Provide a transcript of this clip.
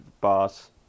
boss